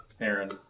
Aaron